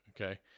Okay